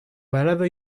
wherever